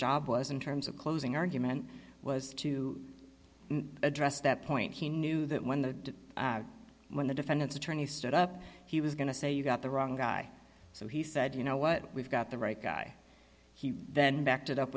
job was in terms of closing argument was to address that point he knew that when the when the defendant's attorney stood up he was going to say you got the wrong guy so he said you know what we've got the right guy he then backed